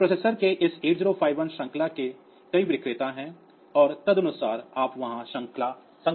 तो प्रोसेसर के इस 8051 श्रृंखला के कई विक्रेता हैं और तदनुसार आप वहां श्रृंखला संख्या पा सकते हैं